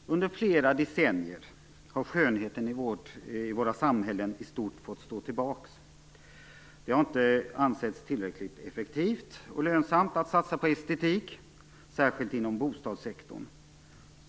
Herr talman! Under flera decennier har skönheten i våra samhällen i stort fått stå tillbaka. Det har inte ansetts tillräckligt effektivt och lönsamt att satsa på estetik, särskilt inom bostadssektorn.